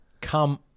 come